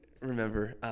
remember